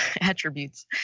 attributes